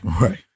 right